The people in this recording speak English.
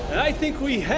i think we have,